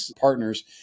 partners